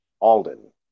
Alden